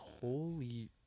holy